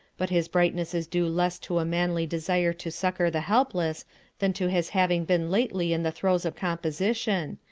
but his brightness is due less to a manly desire to succour the helpless than to his having been lately in the throes of composition,